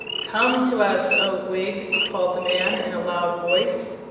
come to us, oh, gwig! called the man, in a loud voice.